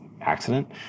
accident